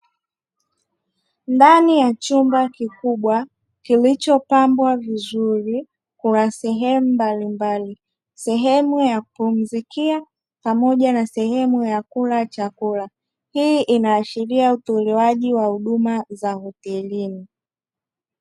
Ndani ya chumba kikubwa kilichopambwa vizuri, kuna sehemu mbalimbali sehemu ya kupumzikia pamoja na sehemu ya kulia chakula. Hii inaashiria utolewaji wa huduma za hotelini.